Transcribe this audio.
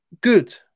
good